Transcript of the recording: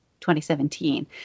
2017